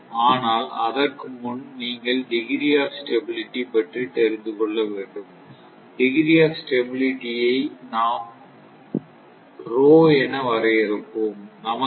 ஆனால் அதற்கு முன் நீங்கள் டிகிரி ஆப் ஸ்டெபிளிட்டி பற்றி தெரிந்து கொள்ள வேண்டும் டிகிரி ஆப் ஸ்டெபிளிட்டி ஐ நாம் என வரையறுப்போம்